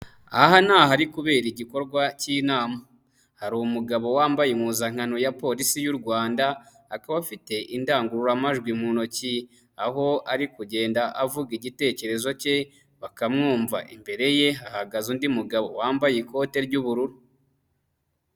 Aha ni aha kubera igikorwa k'inama hari umugabo wambaye impuzankano ya polisi y'u Rwanda, akaba afite indangururamajwi mu ntoki, aho ari kugenda avuga igitekerezo ke bakamwumva, imbere ye hahagaze undi mugabo wambaye ikote ry'ubururu.